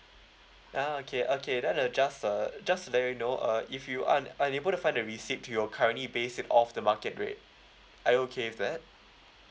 ah okay okay then uh just uh just to let you know uh if you're un~ unable to find the receipt we'll currently base it off the market rate are you okay with that